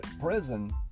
prison